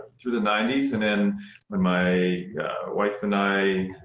through the ninety s, and then but my wife and i.